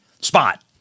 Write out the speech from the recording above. spot